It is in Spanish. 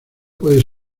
puede